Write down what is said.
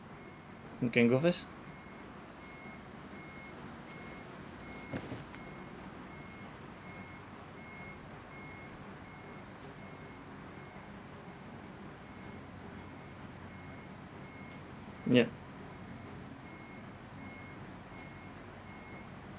you can go first ya